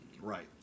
Right